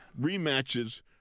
rematches